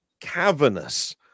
cavernous